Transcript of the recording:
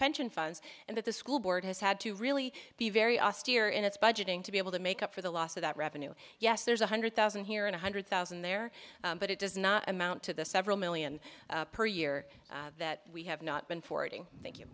pension funds and that the school board has had to really be very austere in its budgeting to be able to make up for the loss of that revenue yes there's one hundred thousand here and a hundred thousand there but it does not amount to the several million per year that we have not been for it thank you